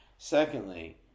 Secondly